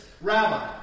Rabbi